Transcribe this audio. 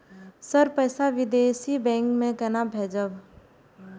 Sir पैसा विदेशी bank में केना भेजबे?